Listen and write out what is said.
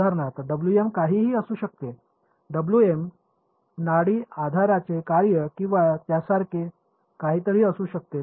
उदाहरणार्थ काहीही असू शकते डब्ल्यूएम नाडी आधाराचे कार्य किंवा त्यासारखे काहीतरी असू शकते